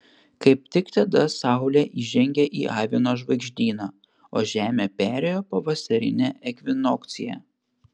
kaip tik tada saulė įžengė į avino žvaigždyną o žemė perėjo pavasarinę ekvinokciją